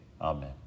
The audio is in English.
amen